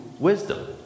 wisdom